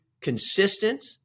consistent